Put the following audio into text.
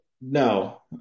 No